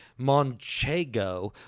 Monchego